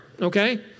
okay